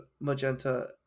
magenta